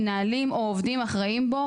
מנהלים או עובדים אחראים בו,